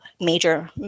major